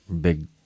Big